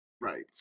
Right